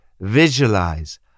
Visualize